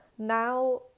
now